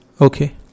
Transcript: Okay